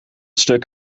stuk